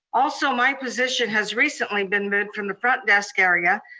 also, my position has recently been moved from the front desk area,